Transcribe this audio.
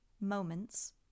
moments